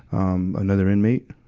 um, another inmate,